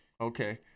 Okay